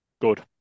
Good